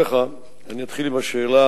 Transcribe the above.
השאלה